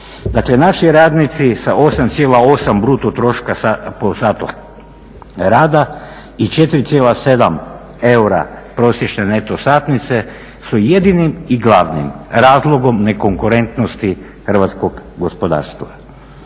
Dakle naši radnici sa 8,8 bruto troška po satu rada i 4,7 eura prosječne neto satnice su jedinim i glavnim razlogom nekonkurentnosti hrvatskog gospodarstva.